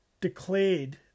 declared